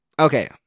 okay